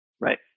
Right